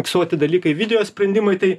fiksuoti dalykai video sprendimai tai